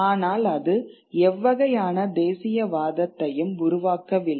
ஆனால் அது எவ்வகையான தேசியவாதத்தையும் உருவாக்கவில்லை